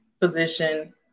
position